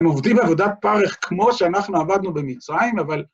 הם עובדים בעבודת פרך כמו שאנחנו עבדנו במיצרים, אבל...